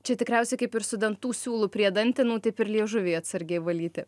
čia tikriausiai kaip ir su dantų siūlu prie dantenų taip ir liežuvį atsargiai valyti